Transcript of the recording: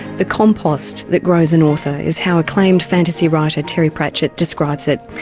the compost that grows an author, is how acclaimed fantasy writer terry pratchett describes it.